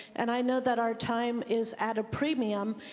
and i know that our time is at a premium.